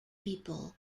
people